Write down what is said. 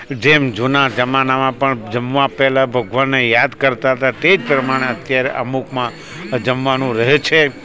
જેમ જૂના જમાનામાં પણ જમવા પહેલાં ભગવાનને યાદ કરતા હતા તે જ પ્રમાણે અત્યારે અમુકમાં જમવાનું રહે છે